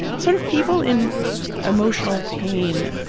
sort of people in emotional pain